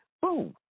Boom